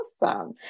Awesome